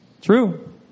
True